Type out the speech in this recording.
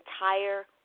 entire